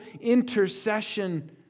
intercession